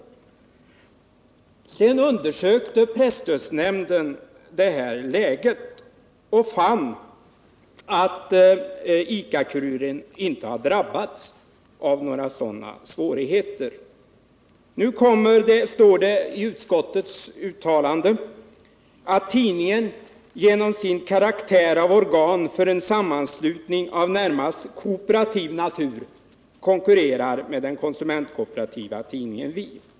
Presstödsutredningen undersökte sedan läget och fann att ICA-Kuriren inte har drabbats av några sådana svårigheter. Nu heter det i utskottets uttalande att tidningen genom sin karaktär av organ för en sammanslutning av närmast kooperativ natur konkurrerar med den konsumentkooperativa tidningen Vi.